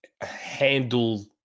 handle